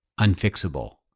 unfixable